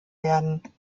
werden